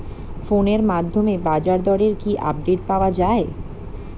ফোনের মাধ্যমে বাজারদরের কি আপডেট পাওয়া যায়?